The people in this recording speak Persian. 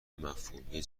مفهومی